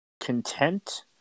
content